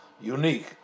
unique